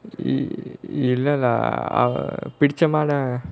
இல்லாத பிடிச்சமான:illatha pidichamaana